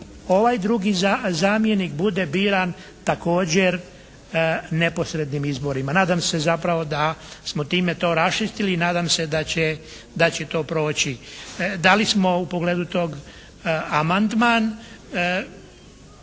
ovaj drugi zamjenik bude biran također neposrednim izborima. Nadam se zapravo da smo time to raščistili i nadam se da će to proći. Dali smo u pogledu tog amandman.